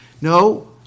No